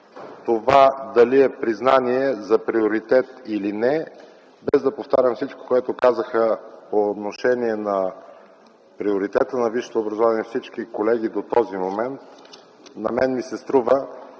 това е признание за приоритет или не, без да повтарям всичко, което казаха по отношение на приоритета на висшето образование всички колеги до този момент, на мен ми се струва,